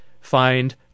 find